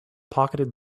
pocketed